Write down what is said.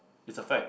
it's a fact